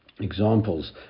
examples